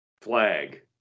Flag